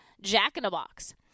jack-in-a-box